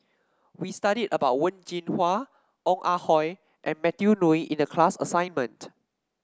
we studied about Wen Jinhua Ong Ah Hoi and Matthew Ngui in the class assignment